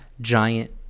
giant